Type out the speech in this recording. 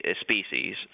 species